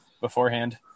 beforehand